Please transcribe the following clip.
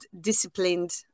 disciplined